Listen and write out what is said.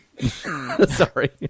Sorry